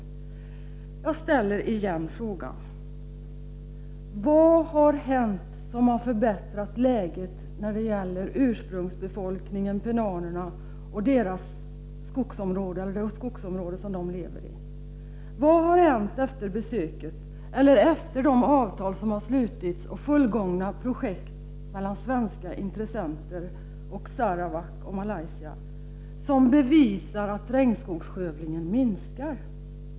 Återigen ställer jag frågorna: Vad har hänt som har förbättrat läget när det gäller ursprungsbefolkningen, penanerna, och de skogsområden som de lever i? Vad har hänt efter besöket, efter de avtal som har slutits och efter de fullgångna projekt mellan svenska intressenter och Sarawak och Malaysia, som bevisar att regnskogsskövlingen minskar?